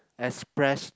express